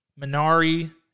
Minari